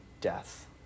death